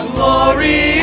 glory